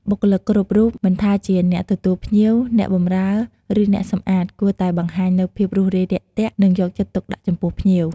បុគ្គលិកគ្រប់រូប មិនថាជាអ្នកទទួលភ្ញៀវ អ្នកបម្រើ ឬអ្នកសំអាត គួរតែបង្ហាញនូវភាព រួសរាយរាក់ទាក់ និងយកចិត្តទុកដាក់ចំពោះភ្ញៀវ។